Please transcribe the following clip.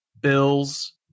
Bills